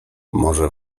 może